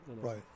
Right